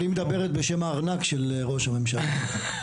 והיא מדברת בשם הארנק של ראש הממשלה.